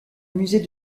musée